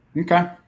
Okay